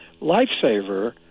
lifesaver